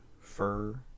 fur